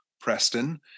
Preston